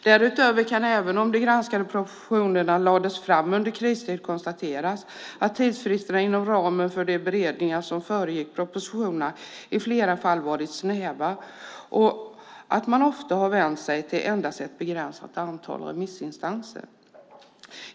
Därutöver kan, även om de granskade propositionerna lades fram under kristid, konstateras att tidsfristerna inom ramen för de beredningar som föregick propositionerna i flera fall varit snäva och att man ofta har vänt sig till endast ett begränsat antal remissinstanser.